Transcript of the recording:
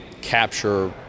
capture